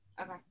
Okay